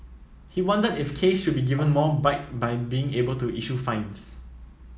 he wondered if case should be given more bite by being able to issue fines